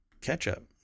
ketchup